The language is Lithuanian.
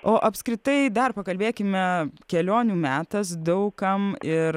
o apskritai dar pakalbėkime kelionių metas daug kam ir